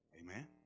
Amen